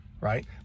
right